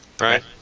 right